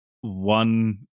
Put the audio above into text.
one